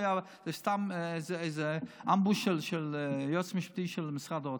זה סתם אמבוש של היועץ המשפטי של משרד האוצר.